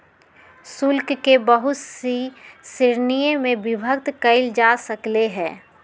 शुल्क के बहुत सी श्रीणिय में विभक्त कइल जा सकले है